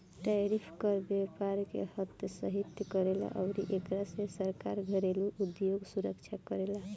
tariff कर व्यपार के हतोत्साहित करेला अउरी एकरा से सरकार घरेलु उधोग सुरक्षा करेला